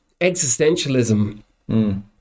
existentialism